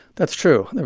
that's true.